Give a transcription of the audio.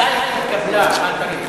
מתי התקבלה ההחלטה?